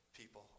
people